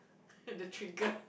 the trigger